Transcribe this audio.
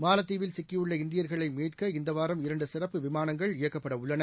மாலத்தீவில் சிக்கியுள்ள இந்தியர்களை மீட்க இந்த வாரம் இரண்டு சிறப்பு விமானங்கள் இயக்கப்பட உள்ளன